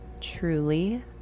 truly